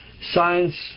science